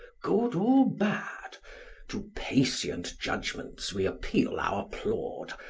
good or bad to patient judgments we appeal our plaud,